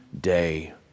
day